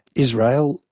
israel,